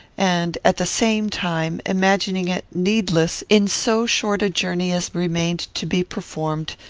and, at the same time, imagining it needless, in so short a journey as remained to be performed,